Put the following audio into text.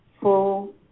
full